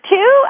Two